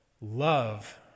love